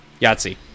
Yahtzee